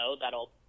that'll